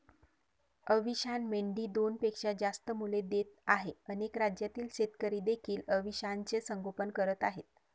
अविशान मेंढी दोनपेक्षा जास्त मुले देत आहे अनेक राज्यातील शेतकरी देखील अविशानचे संगोपन करत आहेत